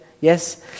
Yes